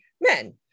men